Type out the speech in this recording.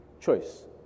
choice